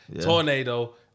Tornado